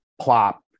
plop